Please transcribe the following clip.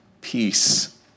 peace